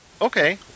Okay